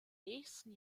nächsten